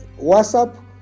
WhatsApp